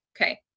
Okay